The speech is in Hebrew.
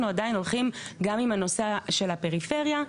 עדיין הולכים גם עם הנושא של הפריפריה.